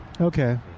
Okay